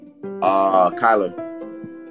Kyler